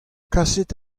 kasit